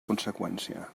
conseqüència